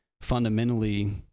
fundamentally